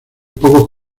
pocos